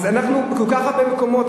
אז אנחנו בכל כך הרבה מקומות,